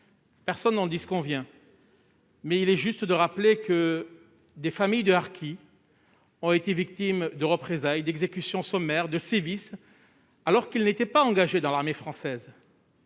Personne n'en disconvient, mais il est juste de rappeler que des familles de harkis ont été victimes de représailles, d'exécutions sommaires et de sévices. Ces personnes n'étaient pas engagées dans l'armée française